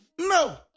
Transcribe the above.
No